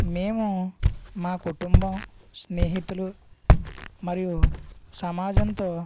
మేము మా కుటుంబం స్నేహితులు మరియు సమాజంతో